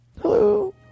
Hello